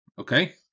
Okay